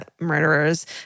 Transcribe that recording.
murderers